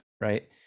Right